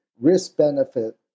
risk-benefit